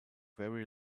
very